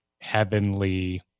heavenly